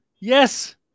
Yes